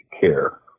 care